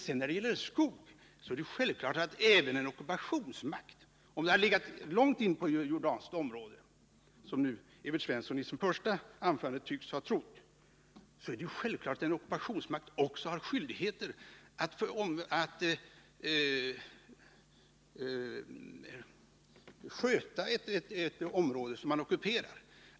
Men det är självklart att en ockupationsmakt, om marken legat långt in på jordanskt område — som Evert Svensson i sitt första anförande tycks ha trott — också har skyldigheter att sköta det område som man ockuperar.